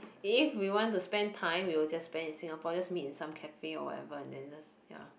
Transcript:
if we want to spend time we will just spend in Singapore just meet in some cafe or whatever and then just ya